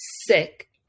sick